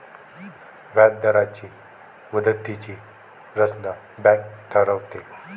व्याजदरांची मुदतीची रचना बँक ठरवते